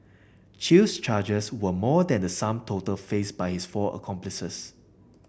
Chew's charges were more than the sum total faced by his four accomplices